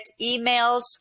emails